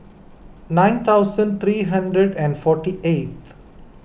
nine thousand three hundred and forty eighth